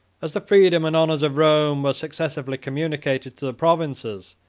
as the freedom and honors of rome were successively communicated to the provinces,